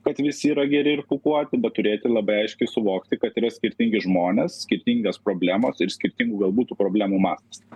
kad visi yra geri ir pūkuoti bet turėti labai aiškiai suvokti kad yra skirtingi žmonės skirtingos problemos ir skirtingų galbūt tų problemų mastas